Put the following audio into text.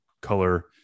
color